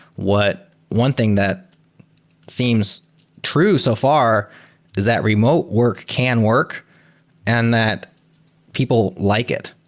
what one thing that seems true so far is that remote work can work and that people like it.